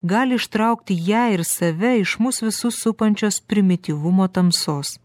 gali ištraukti ją ir save iš mus visus supančios primityvumo tamsos